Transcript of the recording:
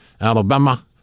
Alabama